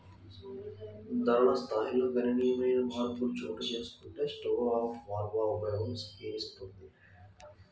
ధరల స్థాయిల్లో గణనీయమైన మార్పులు చోటుచేసుకుంటే స్టోర్ ఆఫ్ వాల్వ్ ఉపయోగం క్షీణిస్తుంది